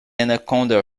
anaconda